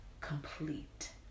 complete